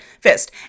fist